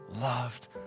loved